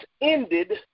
ended